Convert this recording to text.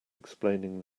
explaining